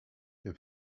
der